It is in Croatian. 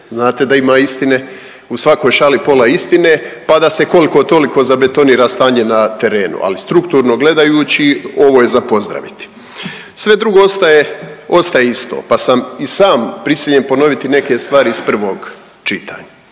znate da ima istine, u svakoj šali pola istine, pa da se koliko-toliko zabetonira stanje na terenu. Ali strukturno gledajući, ovo je za pozdraviti. Sve drugo ostaje isto pa sam i sam prisiljen ponoviti neke stvari iz prvog čitanja.